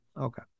Okay